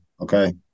okay